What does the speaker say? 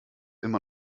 immer